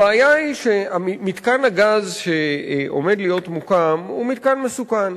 הבעיה היא שמתקן הגז שעומד להיות מוקם הוא מתקן מסוכן.